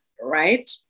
right